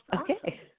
Okay